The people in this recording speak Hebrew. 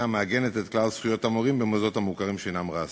המעגנת את כלל זכויות המורים במוסדות המוכרים שאינם רשמיים.